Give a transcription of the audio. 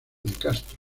castro